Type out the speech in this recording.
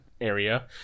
area